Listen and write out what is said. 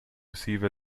receive